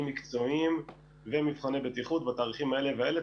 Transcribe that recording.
מקצועיים ומבחני בטיחות בתאריכים האלה והאלה,